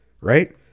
right